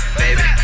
baby